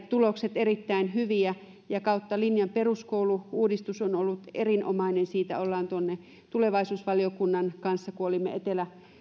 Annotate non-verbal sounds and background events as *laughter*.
*unintelligible* tulokset erittäin hyviä ja kautta linjan peruskoulu uudistus on ollut erinomainen tulevaisuusvaliokunnan kanssa kun olimme etelä